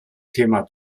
thema